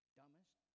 dumbest